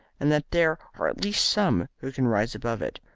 and that there are at least some who can rise above it.